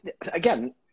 Again